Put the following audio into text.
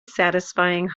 satisfying